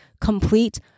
complete